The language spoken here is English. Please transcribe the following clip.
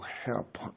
help